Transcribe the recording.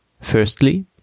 Firstly